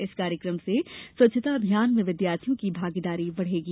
इस कार्यक्रम से स्वच्छता अभियान में विद्यार्थियों की भागीदारी बढ़ेगी